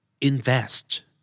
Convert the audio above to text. Invest